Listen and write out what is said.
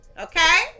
Okay